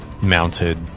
mounted